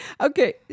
Okay